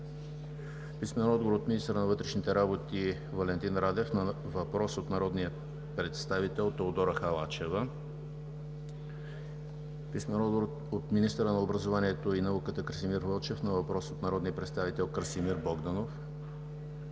Николай Иванов; - министъра на вътрешните работи Валентин Радев на въпрос от народния представител Теодора Халачева; - министъра на образованието и науката Красимир Вълчев на въпрос от народния представител Красимир Богданов;